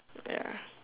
ya